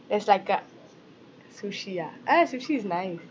that's like a sushi ah ah sushi is nice